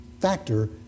factor